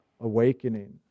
awakening